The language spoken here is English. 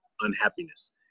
unhappiness